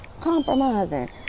compromising